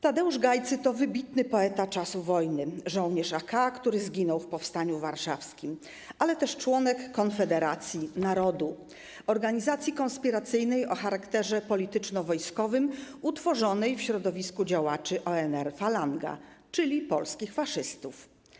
Tadeusz Gajcy to wybitny poeta czasu wojny, żołnierz AK, który zginął w powstaniu warszawskim, ale też członek Konfederacji Narodu, organizacji konspiracyjnej o charakterze polityczno-wojskowym utworzonej w środowisku działaczy ONR-Falanga, czyli polskich faszystów.